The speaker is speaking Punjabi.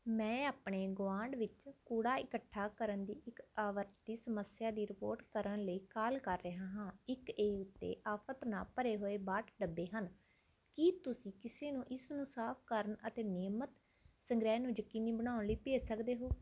ਮੈਂ ਆਪਣੇ ਗੁਆਂਢ ਵਿੱਚ ਕੂੜਾ ਇਕੱਠਾ ਕਰਨ ਦੀ ਇੱਕ ਆਵਰਤੀ ਸਮੱਸਿਆ ਦੀ ਰਿਪੋਰਟ ਕਰਨ ਲਈ ਕਾਲ ਕਰ ਰਿਹਾ ਹਾਂ ਇੱਕ ਏ ਉੱਤੇ ਆਫਤ ਨਾਲ ਭਰੇ ਹੋਏ ਬਾਹਠ ਡੱਬੇ ਹਨ ਕੀ ਤੁਸੀਂ ਕਿਸੇ ਨੂੰ ਇਸ ਨੂੰ ਸਾਫ਼ ਕਰਨ ਅਤੇ ਨਿਯਮਤ ਸੰਗ੍ਰਹਿ ਨੂੰ ਯਕੀਨੀ ਬਣਾਉਣ ਲਈ ਭੇਜ ਸਕਦੇ ਹੋ